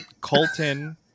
Colton